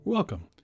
Welcome